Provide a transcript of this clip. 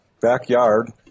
backyard